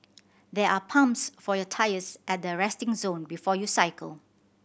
there are pumps for your tyres at the resting zone before you cycle